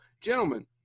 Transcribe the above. gentlemen